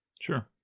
Sure